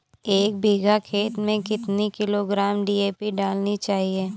एक बीघा खेत में कितनी किलोग्राम डी.ए.पी डालनी चाहिए?